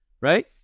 right